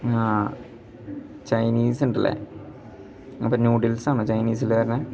ആ ചൈനീസ് ഉണ്ടല്ലേ അപ്പം നൂഡിൽസാണോ ചൈനീസിൽ വരുന്നത്